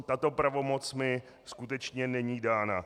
Tato pravomoc mi skutečně není dána.